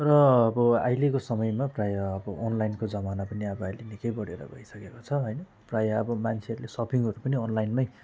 र अब अहिलेको समयमा प्रायः अब अनलाइनको जमाना पनि अब अहिले निकै बढेर गइसकेको छ होइन प्रायः अब मान्छेहरूले सपिङहरू पनि अनलाइनमै